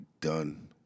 done